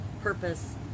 purpose